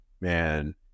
man